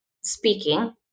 speaking